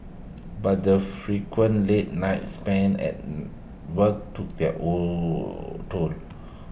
but the frequent late nights spent at work took their all toll